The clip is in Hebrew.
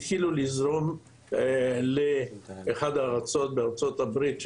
התחילו לזרום לאחת הארצות בארצות הברית,